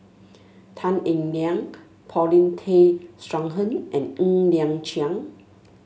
Tan Eng Liang Paulin Tay Straughan and Ng Liang Chiang